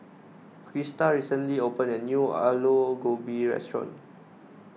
Crista recently opened a new Aloo Gobi restaurant